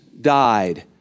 died